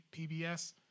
PBS